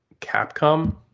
Capcom